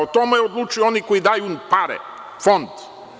O tome odlučuju oni koji daju pare, Fond.